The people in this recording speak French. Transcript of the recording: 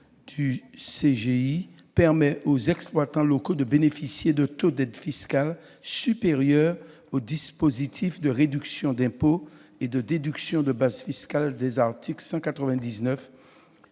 impôts, permet aux exploitants locaux de bénéficier de taux d'aide fiscale supérieurs aux dispositifs de réduction d'impôt et de déduction de base fiscale prévus aux articles 199